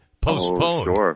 postponed